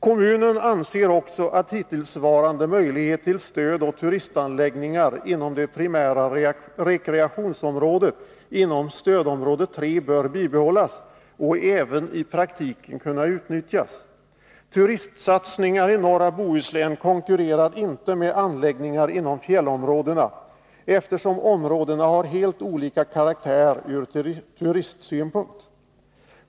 Kommunen anser också att hittillsvarande möjlighet till stöd åt turistanläggningar inom det primära rekreationsområdet inom stödområde 3 bör bibehållas och även i praktiken kunna utnyttjas. Turistsatsningar i Norra Bohuslän konkurrerar inte med anläggningar inom fjällområdena eftersom områdena har helt olika karaktär ur turistsynpunkt.